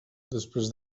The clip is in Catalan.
després